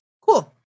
Cool